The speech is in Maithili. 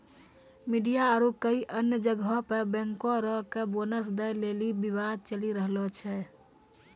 मिडिया आरु कई अन्य जगहो पे बैंकरो के बोनस दै लेली विवाद चलि रहलो छै